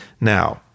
Now